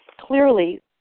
clearly